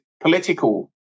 political